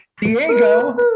Diego